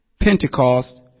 Pentecost